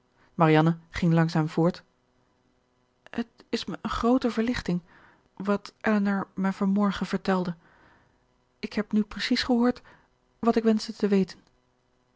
marianne ging langzaam voort het is mij een groote verlichting wat elinor mij van morgen vertelde ik heb nu precies gehoord wat ik wenschte te weten